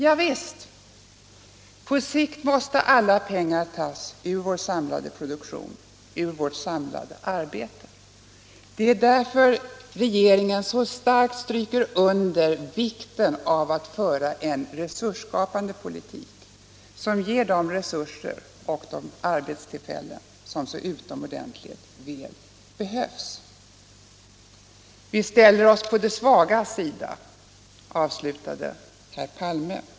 Javisst, på sikt måste alla pengar tas ur vår samlade produktion, ur vårt samlade arbete. Det är därför regeringen så starkt stryker under vikten av att föra en resursskapande politik, som ger de resurser och de arbetstillfällen som så utomordentligt väl behövs. Vi ställer oss på de svagas sida, avslutade herr Palme.